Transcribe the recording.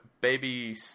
baby